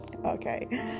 Okay